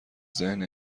ذهن